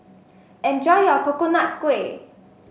enjoy your Coconut Kuih